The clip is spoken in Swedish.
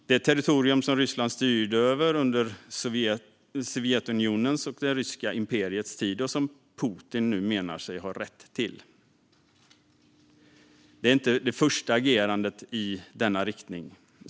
Det är territorium som Ryssland styrde över under Sovjetunionens och det ryska imperiets tid och som Putin nu menar sig ha rätt till. Detta är inte det första agerandet i den riktningen.